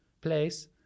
place